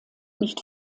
nicht